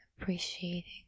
appreciating